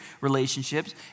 relationships